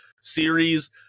series